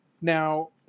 Now